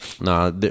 Nah